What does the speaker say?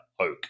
oak